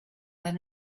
than